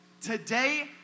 Today